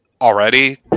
already